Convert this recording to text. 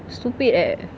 stupid right